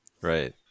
Right